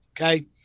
Okay